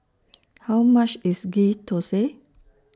How much IS Ghee Thosai